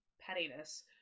pettiness